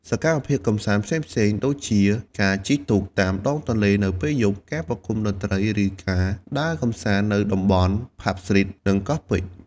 សកម្មភាពកម្សាន្តផ្សេងៗដូចជាការជិះទូកតាមដងទន្លេនៅពេលយប់ ការប្រគំតន្ត្រី ឬការដើរកម្សាន្តនៅតំបន់ ផាប់ស្ទ្រីត និងកោះពេជ្រ។